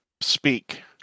speak